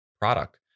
product